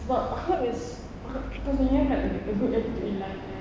cause when you like have a good attitude in life and